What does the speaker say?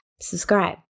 Subscribe